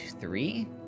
three